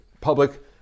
public